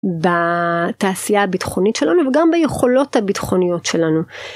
בתעשייה הביטחונית שלנו וגם ביכולות הביטחוניות שלנו.